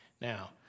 Now